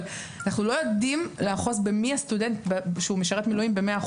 אבל אנחנו לא יודעים לאחוז במי הסטודנט שמשרת מילואים ב-100%.